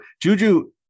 Juju